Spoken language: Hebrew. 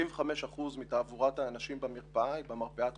75 אחוזים מתעבורת האנשים במרפאה הם במרפאה הדחופה.